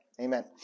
amen